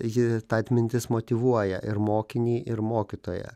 ji ta atmintis motyvuoja ir mokinį ir mokytoją